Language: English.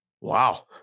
Wow